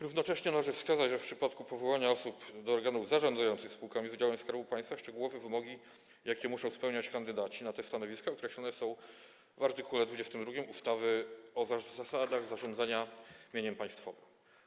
Równocześnie należy wskazać, że w przypadku powoływania osób do organów zarządzających spółkami Skarbu Państwa szczegółowe wymogi, jakie muszą spełniać kandydaci na te stanowiska, określone są w art. 22 ustawy o zasadach zarządzania mieniem państwowym.